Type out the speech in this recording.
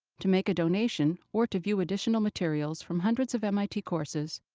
to make a donation or to view additional materials from hundreds of mit courses,